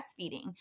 breastfeeding